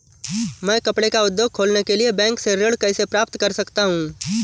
मैं कपड़े का उद्योग खोलने के लिए बैंक से ऋण कैसे प्राप्त कर सकता हूँ?